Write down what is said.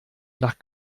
nach